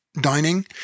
dining